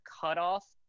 cutoff